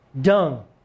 Dung